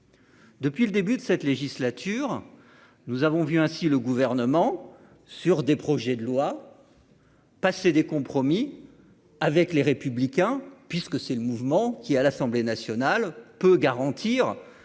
Depuis le début de cette législature, nous avons vu ainsi le gouvernement sur des projets de loi passer des compromis avec les républicains, puisque c'est le mouvement qui, à l'Assemblée nationale peut garantir